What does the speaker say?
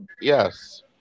Yes